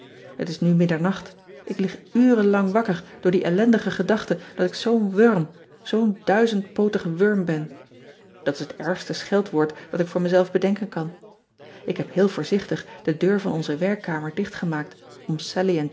et is nu middernacht k lig uren lang wakker door die ellendige gedachte dat ik zoo n wurm zoo n duizendpootig wurm ben at is het ergste scheldwoord dat ik voor me zelf bedenken kan k heb heel voorzichtig de deur van onze werkkamer dicht gemaakt om allie en